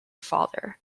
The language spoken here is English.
father